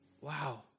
wow